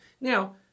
Now